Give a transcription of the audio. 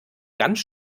ganz